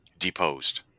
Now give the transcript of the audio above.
deposed